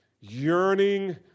yearning